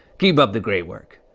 keep up the great work.